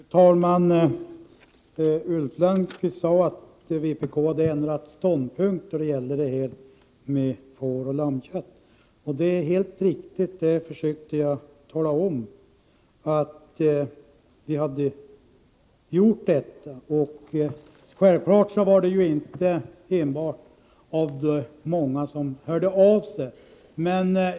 Fru talman! Ulf Lönnqvist sade att vpk har ändrat ståndpunkt när det gäller fåroch lammkött. Det är helt riktigt. Det försökte jag också tala om. Det var självklart att göra detta inte minst enligt många som har hört av sig.